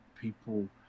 people